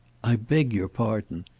i beg your pardon.